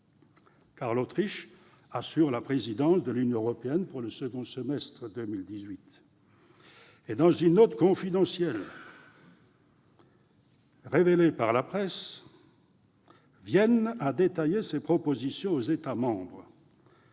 Kurz. L'Autriche assure en effet la présidence de l'Union européenne pour le second semestre 2018. Dans une note confidentielle révélée par la presse, Vienne a détaillé ses propositions aux États membres.